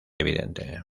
evidente